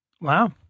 Wow